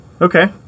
Okay